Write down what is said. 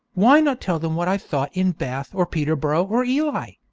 why not tell them what i thought in bath or peterborough or ely?